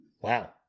Wow